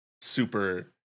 super